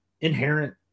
inherent